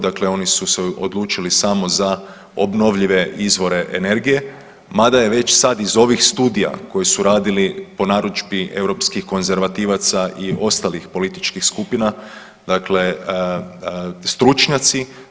Dakle, oni su se odlučili samo za obnovljive izvore energije, mada je već sad iz ovih studija koje su radili po narudžbi europskih konzervativaca i ostalih političkih skupina, dakle stručnjaci.